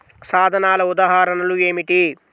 సాధనాల ఉదాహరణలు ఏమిటీ?